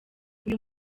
uyu